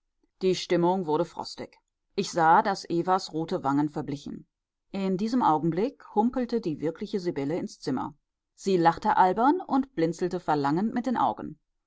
die stimmung wurde frostig ich sah daß evas rote wangen verblichen in diesem augenblick humpelte die wirkliche sibylle ins zimmer sie lachte albern und blinzelte verlangend mit den augen